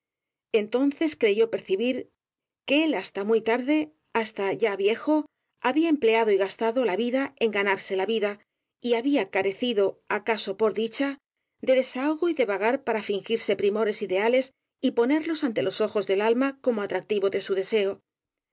entonces creyó percibir que él hasta muy tarde hasta ya viejo había empleado y gastado la vida en ganarse la vida y había care cido acaso por dicha de desahogo y de vagar para fingirse primores ideales y ponérselos ante los ojos del alma como atractivo de su deseo